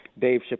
Dave